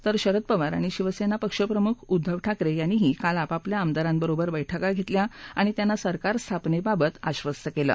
तर शरद पवार आणि शिवसेना पक्ष प्रमुख उद्दव ठाकरे यांनीही काल आपापल्या आमदारांबरोबर बैठका घेतल्या आणि त्यांना सरकार स्थापनेबाबत आबस्त केलं